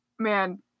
Man